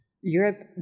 Europe